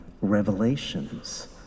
revelations